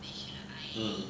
hmm